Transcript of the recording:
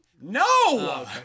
No